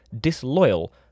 disloyal